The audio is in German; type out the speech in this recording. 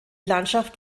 landschaft